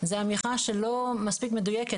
זו אמירה שהיא לא מספיק מדויקת.